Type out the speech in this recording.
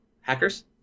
Hackers